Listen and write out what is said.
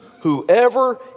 whoever